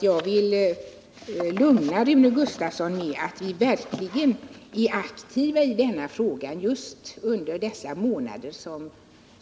Jag vill lugna Rune Gustavsson med att vi verkligen varit aktiva i denna fråga under årets första månader.